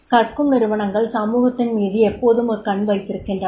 கற்கும் நிருவனங்கள் சமூகத்தின் மீது எப்போதும் ஒரு கண் வைத்திருக்கின்றன